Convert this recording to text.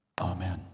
Amen